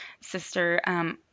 sister